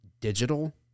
digital